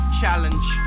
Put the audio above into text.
challenge